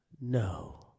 No